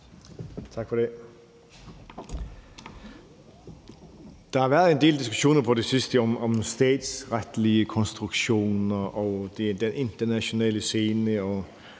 Der har været en del diskussioner på det sidste om statsretlige konstruktioner, den internationale scene,